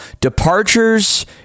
Departures